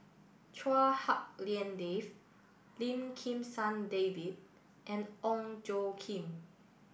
Chua Hak Lien Dave Lim Kim San David and Ong Tjoe Kim